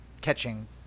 catching